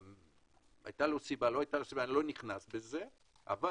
אני לא נכנס לזה אם הייתה לו סיבה או לא,